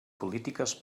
polítiques